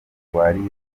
arwariye